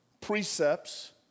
precepts